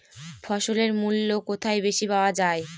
ফসলের মূল্য কোথায় বেশি পাওয়া যায়?